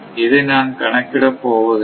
இதை நான் கணக்கிட போவதில்லை